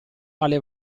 alle